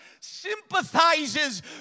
sympathizes